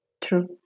True